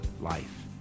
life